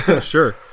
Sure